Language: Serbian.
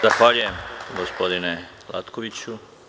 Zahvaljujem, gospodine Latkoviću.